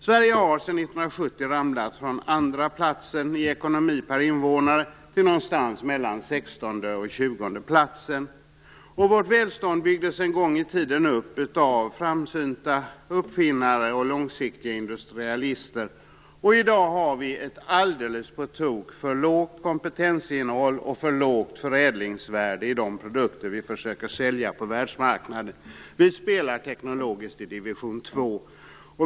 Sverige har sedan 1970 ramlat från andra platsen när det gäller ekonomi per invånare till någonstans mellan 16:e och 20:e platsen. Vårt välstånd byggdes en gång i tiden upp av framsynta uppfinnare och industrialister med långsiktiga perspektiv. I dag har vi ett alldeles på tok för lågt komptensinnehåll och för lågt förädlingsvärde i de produkter som vi försöker att sälja på världsmarknaden. Teknologiskt spelar vi i division 2.